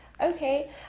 okay